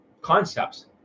concepts